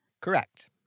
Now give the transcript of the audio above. Correct